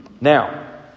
Now